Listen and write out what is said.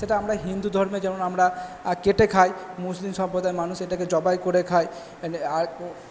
সেটা আমরা হিন্দু ধর্মে যেমন আমরা কেটে খাই মুসলিম সম্প্রদায়ের মানুষ এটাকে জবাই করে খায়